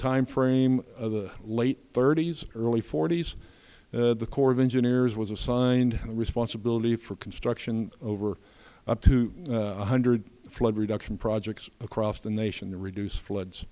time frame the late thirty's early forty's the corps of engineers was assigned responsibility for construction over up to one hundred flood reduction projects across the nation to reduce floods